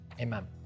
Amen